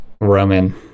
Roman